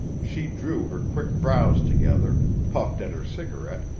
she drew her quick brows together, puffed at her cigarette,